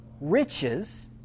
riches